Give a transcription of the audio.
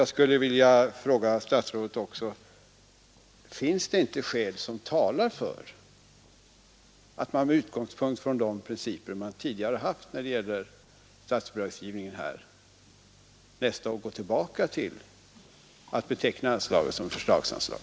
Jag skulle också vilja fråga statsrådet: Finns det inte skäl som talar för att man med utgångspunkt i de principer man tidigare haft i vad gäller statsbidragsgivningen nästa år går tillbaka till att beteckna anslaget som förslagsanslag?